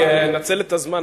אני אנצל את הזמן,